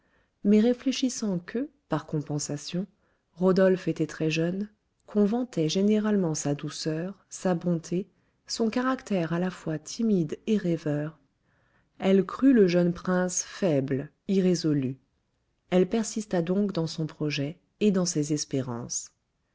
mais réfléchissant que par compensation rodolphe était très-jeune qu'on vantait généralement sa douceur sa bonté son caractère à la fois timide et rêveur elle crut le jeune prince faible irrésolu elle persista donc dans son projet et dans ses espérances